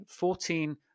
$14